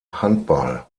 handball